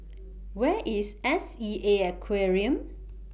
Where IS S E A Aquarium